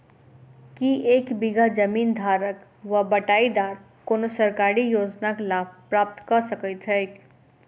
की एक बीघा जमीन धारक वा बटाईदार कोनों सरकारी योजनाक लाभ प्राप्त कऽ सकैत छैक?